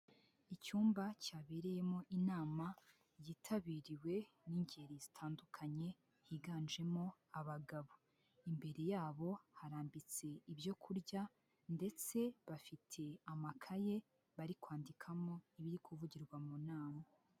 Icyumba cyabereyemo inama yitabiriwe n'ingeri zitandukanye higanjemo abagabo, imbere yabo harambitse ibyo kurya ndetse bafite amakaye bari kwandikamo ibiri kuvugirwa mu nama.